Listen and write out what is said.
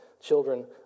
children